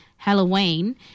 Halloween